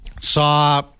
Saw